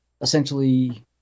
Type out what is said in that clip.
essentially